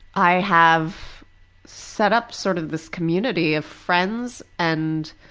i have set-up, sort of, this community of friends and